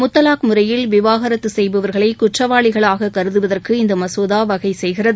முத்தலாக் முறையில் விவகாரத்து செய்பவர்களை குற்றவாளிகளாக கருதுவதற்கு இந்த மசோதா வகை செய்கிறது